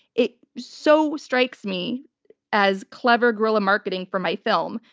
it so strikes me as clever guerilla marketing for my film.